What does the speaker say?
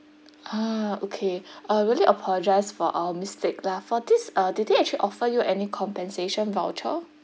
ah okay uh we really apologise for our mistake lah for this uh did they actually offer you any compensation voucher